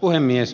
puhemies